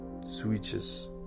switches